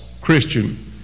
Christian